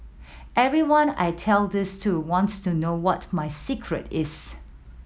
everyone I tell this to wants to know what my secret is